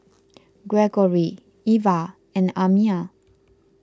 Gregory Ivah and Amya